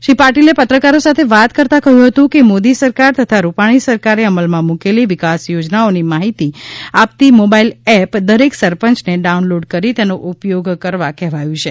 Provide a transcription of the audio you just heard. શ્રી પાટિલે પત્રકારો સાથે વાત કરતાં કહ્યું હતું કે મોદી સરકાર તથા રૂપાણી સરકારે અમલમાં મૂકેલી વિકાસ યોજનાઓની માહિતી આપતી મોબાઈલ એપ દરેક સરપંચને ડાઉનલોડ કરી તેનો ઉપયોગ કરવા કહેવાયું છે